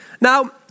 Now